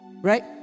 Right